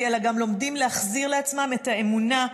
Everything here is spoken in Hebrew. אלא גם לומדים להחזיר לעצמם את האמונה,